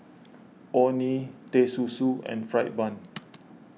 Orh Nee the Susu and Fried Bun